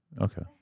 okay